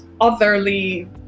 otherly